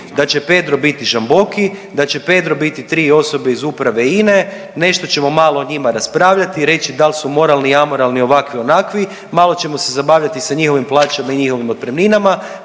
da će Pedro biti Žamboki, da će Pedro biti tri osobe iz Uprave INA-e, nešto ćemo malo o njima raspravljati i reći dal su moralni, amoralni, ovakvi, onakvi, malo ćemo se zabavljati sa njihovim plaćama i njihovim otpremninama